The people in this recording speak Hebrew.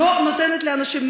היא לא נותנת לאנשים,